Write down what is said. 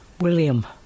William